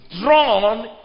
drawn